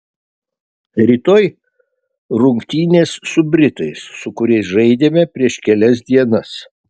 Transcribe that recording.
rytoj rungtynės su britais su kuriais žaidėme prieš kelias dienas